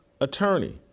attorney